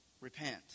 repent